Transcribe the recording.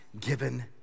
given